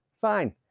Fine